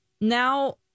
now